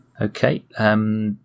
Okay